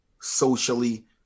socially